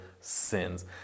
sins